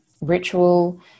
ritual